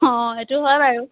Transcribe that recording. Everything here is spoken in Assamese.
অঁ এইটো হয় বাৰু